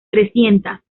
trescientas